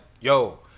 yo